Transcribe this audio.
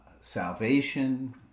salvation